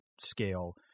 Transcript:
scale